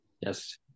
yes